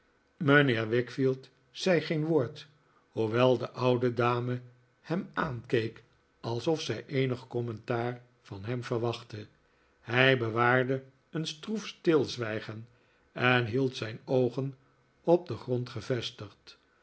mijnheer wickfield zei geen woord hoewel de oude dame hem aankeek alsof zij eenig commentaar van hem verwachtte hij bewaarde een stroef stilzwijgen en hield zijn oogen op den grond gevestigd